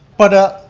but